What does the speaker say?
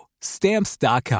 Stamps.com